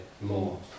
more